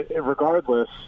regardless